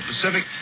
Pacific